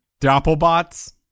doppelbots